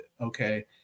okay